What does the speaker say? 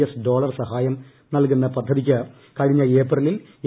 S dollar സഹായം നൽകുന്ന പദ്ധതിയ്ക്ക് കഴിഞ്ഞ ഏപ്രിലിൽ എ